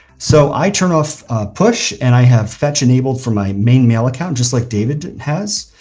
so i turn off push, and i have fetch enabled for my main mail account, just like david has.